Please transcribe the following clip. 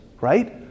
right